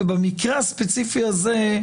במקרה הספציפי הזה,